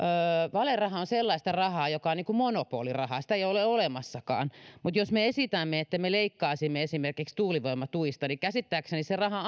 valeraha on sellaista rahaa joka on niin kuin monopoli rahaa sitä ei ole olemassakaan mutta jos me esitämme että me leikkaisimme esimerkiksi tuulivoimatuista niin käsittääkseni se raha